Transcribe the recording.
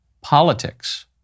Politics